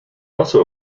also